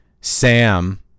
Sam